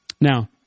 Now